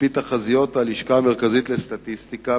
על-פי תחזיות הלשכה המרכזית לסטטיסטיקה,